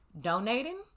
donating